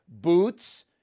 boots